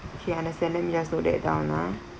okay understand let me just wrote that down ah